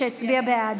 שהצביעה בעד.